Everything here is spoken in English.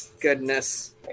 Goodness